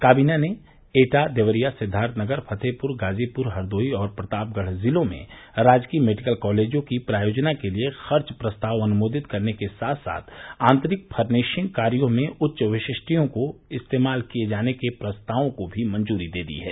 काबीना ने एटा देवरिया सिद्दार्थनगर फ़तेहपुर ग़ाज़ीपुर हरदोई और प्रतापगढ़ ज़िलों में राजकीय मेडिकल कॉलेजों की प्रायोजना के लिए खर्च प्रस्ताव अनुमोदित करने के साथ साथ आंतरिक फर्निशिंग कार्यो में उच्च विशिष्टियों को इस्तेमाल किये जाने के प्रस्तावों को भी मंजूरी दे दी है